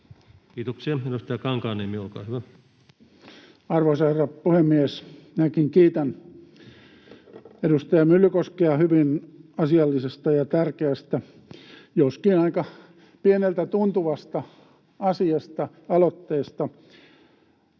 Kiitoksia. — Edustaja Kankaanniemi, olkaa hyvä. Arvoisa herra puhemies! Minäkin kiitän edustaja Myllykoskea hyvin asiallisesta ja tärkeästä aloitteesta, joskin aika pieneltä tuntuvasta asiasta.